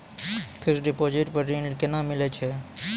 Fixed deposit पर ऋण केना मिलै छै?